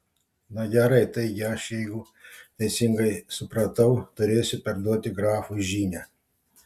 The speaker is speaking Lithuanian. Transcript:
na gerai taigi aš jeigu teisingai supratau turėsiu perduoti grafui žinią